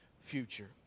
future